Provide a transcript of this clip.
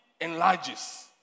enlarges